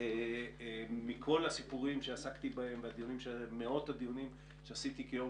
מכל הסיפורים שעסקתי בהם ומאות הדיונים שעשיתי כיושב-ראש